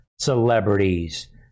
celebrities